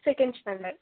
second standard